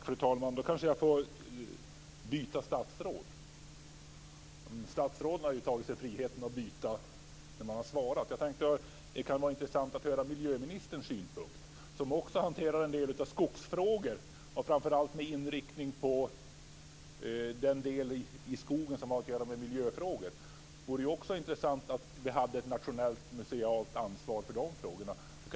Fru talman! Då kanske jag får ställa frågan till ett annat statsråd. Statsråden har ju tagit sig friheten att byta när de har svarat på frågor. Jag tänkte att det kan vara intressant att höra synpunkten från miljöministern, som också hanterar en del av skogsfrågorna framför allt med inriktning på den del i skogen som har att göra med miljöfrågor. Det vore ju bra med ett nationellt musealt ansvar för dessa frågor.